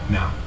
Now